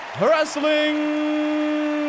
Wrestling